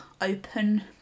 open